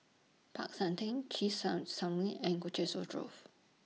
Peck San Theng Chesed Son Synagogue and Colchester Grove